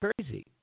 crazy